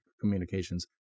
communications